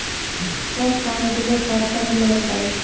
সব ফান্ড গুলো সরকারের নাম পাই